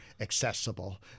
accessible